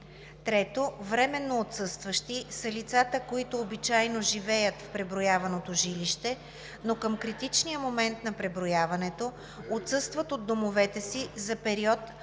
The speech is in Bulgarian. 3. „Временно отсъстващи“ са лицата, които обичайно живеят в преброяваното жилище, но към критичния момент на преброяването отсъстват от домовете си за период,